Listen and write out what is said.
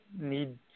need